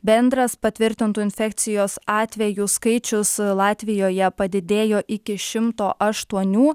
bendras patvirtintų infekcijos atvejų skaičius latvijoje padidėjo iki šimto aštuonių